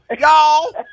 y'all